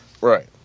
Right